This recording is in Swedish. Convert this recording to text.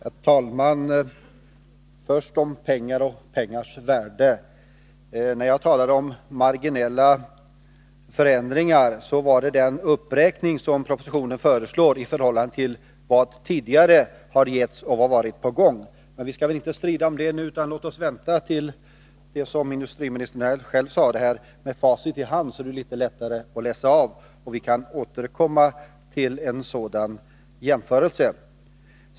Herr talman! Först om pengar och pengars värde: När jag talade om marginella förändringar gällde det den uppräkning som föreslogs i propositionen i förhållande till vad som tidigare har getts och varit på gång. Men vi skall väl inte strida om det nu, utan låt oss vänta. Med facit i hand, som industriministern själv sade, är det lättare att läsa av det hela. Och då kan vi återkomma till en jämförelse.